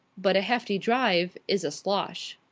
but a hefty drive is a slosh.